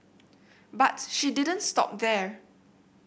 but she didn't stop there